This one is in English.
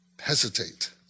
hesitate